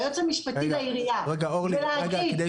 ליועץ המשפטי לעירייה ולהגיד